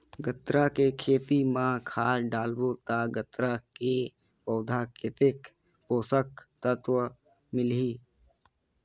गन्ना के खेती मां खाद डालबो ता गन्ना के पौधा कितन पोषक तत्व मिलही?